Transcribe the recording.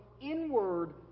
inward